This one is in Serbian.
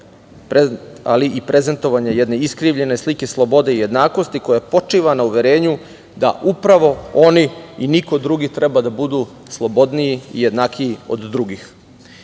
ali i prezentovanje jedne iskrivljene slike slobode i jednakosti koja počiva na uverenju da upravo oni i niko drugi treba da budu slobodniji, jednakiji od drugih. Taj